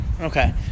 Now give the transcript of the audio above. okay